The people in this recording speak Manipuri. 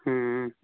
ꯎꯝ